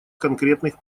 конкретных